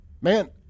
Man